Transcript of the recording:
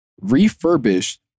refurbished